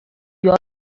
یاد